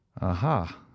aha